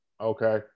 Okay